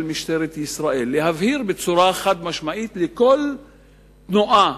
משטרת ישראל להבהיר בצורה חד-משמעית לכל תנועה,